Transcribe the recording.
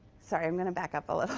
sorry, i'm going to back up a little.